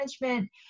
management